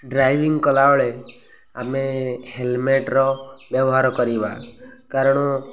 driving କଲାବେଳେ ଆମେ ହେଲମେଟ୍ର ବ୍ୟବହାର କରିବା କାରଣ